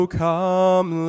come